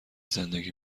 زندگی